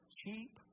cheap